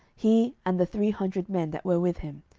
he, and the three hundred men that were with him,